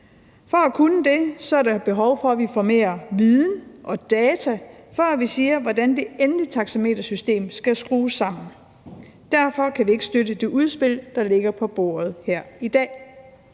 For at kunne det er der behov for, at vi får mere viden og data, før vi siger, hvordan det endelige taxametersystem skal skrues sammen. Derfor kan vi ikke støtte det udspil, der ligger på bordet her i dag.